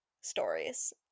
stories